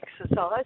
exercise